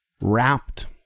wrapped